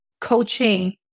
coaching